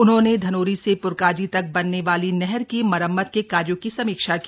उन्होंने धनोरी से प्रकाजी तक बनने वाली नहर की मरम्मत के कार्यों की समीक्षा की